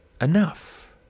enough